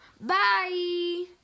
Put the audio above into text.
Bye